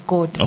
God